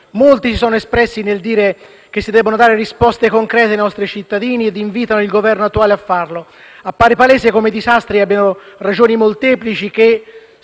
Molti si sono espressi nel dire che si debbono dare risposte concrete ai nostri cittadini e invitano il Governo attuale a farlo. Appare palese come i disastri abbiano ragioni molteplici che,